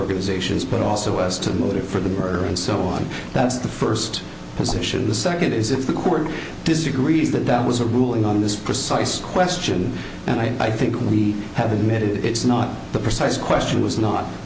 organization is but also as to the motive for the murder and so on that's the first position the second is if the court disagrees that that was a ruling on this precise question and i think we have admitted it's not the precise question was not